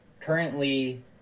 Currently